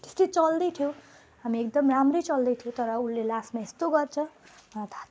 त्यस्तै चल्दै थियो हामी एकदम राम्रै चल्दै थियो तर उसले लास्टमा यस्तो गर्छ मलाई थाहा थिएन